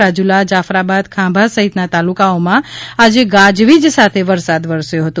રાજુલા જાફરાબાદ ખાંભા સહિતના તાલુકાઓમાં આજે ગાજવીજ સાથે વરસાદ વરસ્યો હતો